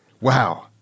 Wow